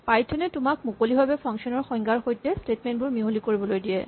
Python এ তোমাক মুকলি ভাৱে ফাংচন ৰ সংজ্ঞাৰ সৈতে স্টেটমেন্ট বোৰ মিহলি কৰিবলৈ দিয়ে